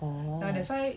oh